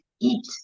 eat